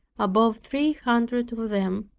above three hundred of them.